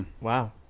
Wow